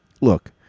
Look